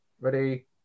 Ready